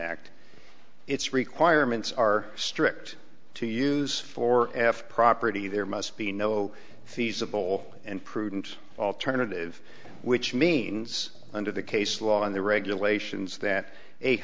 act its requirements are strict to use for f property there must be no feasible and prudent alternative which means under the case law and the regulations that